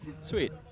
Sweet